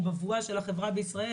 הצבא הוא בבואה של החברה בישראל,